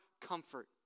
comfort